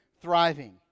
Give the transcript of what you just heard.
thriving